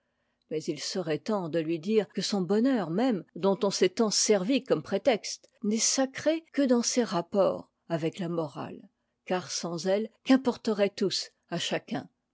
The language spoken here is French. mais il serait temps de lui dire que son bonheur même dont on s'est tant servi comme prétexte n'est sacré que dans ses rapports avec la morale car sans elle qu'importeraient tous à chacun